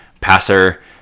passer